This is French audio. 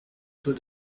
taux